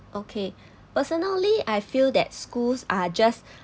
okay personally I feel that schools are just